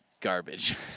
garbage